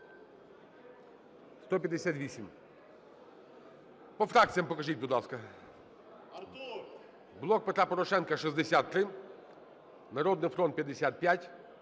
За-158 По фракціях покажіть, будь ласка. "Блок Петра Порошенка" – 63, "Народний фронт" – 55,